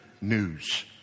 news